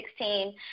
2016